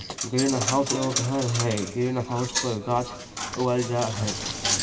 green house एगो घर हइ, ग्रीन हाउस पर गाछ उगाल जा हइ